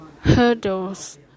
hurdles